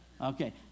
Okay